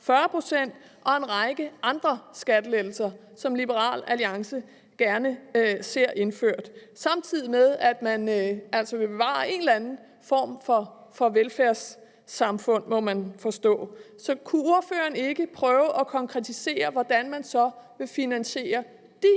40 pct. og en række andre skattelettelser, som Liberal Alliance gerne ser indført, samtidig med at man altså vil bevare en eller anden form for velfærdssamfund, må vi forstå. Så kunne ordføreren ikke prøve at konkretisere, hvordan man så vil finansiere de